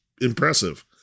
impressive